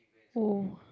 oh